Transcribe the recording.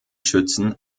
schützen